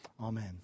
Amen